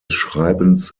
schreibens